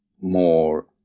more